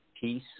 peace